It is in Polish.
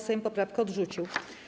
Sejm poprawkę odrzucił.